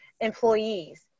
employees